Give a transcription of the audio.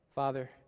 Father